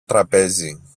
τραπέζι